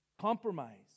Compromise